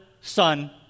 Son